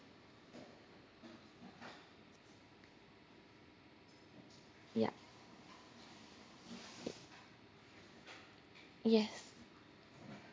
ya yes